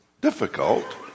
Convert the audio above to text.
difficult